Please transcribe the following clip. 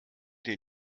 den